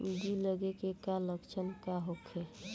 जूं लगे के का लक्षण का होखे?